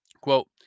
Quote